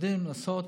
משתדלים לעשות.